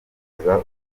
urubyaro